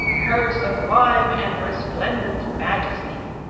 her sublime and resplendent majesty,